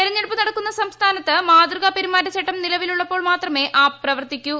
തെരഞ്ഞെടുപ്പ് നടക്കുന്ന സംസ്ഥാനത്ത് മാതൃക പെരുമാറ്റചട്ടം നിലവിലുള്ളപ്പോൾ മാത്രമേ പ്രവർത്തിക്കൂ